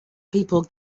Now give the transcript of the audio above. people